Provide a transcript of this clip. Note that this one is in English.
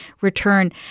return